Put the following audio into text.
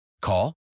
Call